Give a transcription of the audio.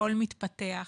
הכול מתפתח,